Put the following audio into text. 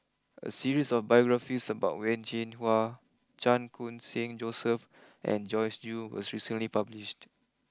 a series of biographies about Wen Jinhua Chan Khun sing Joseph and Joyce Jue was recently published